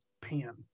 pan